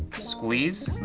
squeeze,